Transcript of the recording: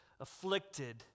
afflicted